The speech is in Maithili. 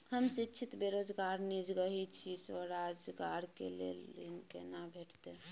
हम शिक्षित बेरोजगार निजगही छी, स्वरोजगार के लेल ऋण केना भेटतै?